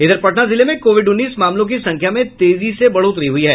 इधर पटना जिले में कोविड उन्नीस मामलों की संख्या में तेजी से बढ़ोतरी हुई है